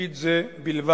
בתפקיד זה בלבד.